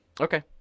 Okay